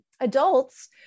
adults